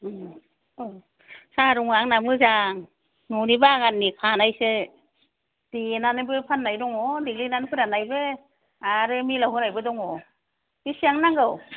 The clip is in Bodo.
अ साहा रंआ आंना मोजां न'नि बागाननि खानायसो देनानैबो फाननाय दङ देग्लिनानै फोराननायबो आरो मिल आव होनायबो दङ बेसेबां नांगौ